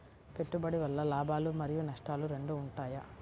పెట్టుబడి వల్ల లాభాలు మరియు నష్టాలు రెండు ఉంటాయా?